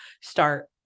start